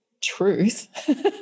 truth